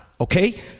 okay